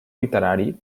literari